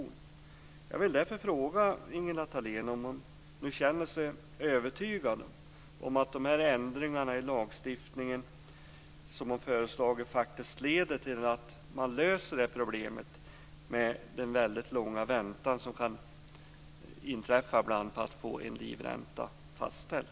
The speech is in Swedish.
Jag vill därför fråga Ingela Thalén om hon nu känner sig övertygad om att de ändringar i lagstiftningen som hon har föreslagit faktiskt leder till att man löser problemet med den väldigt långa väntan som kan uppstå på att få en livränta fastställd.